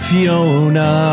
Fiona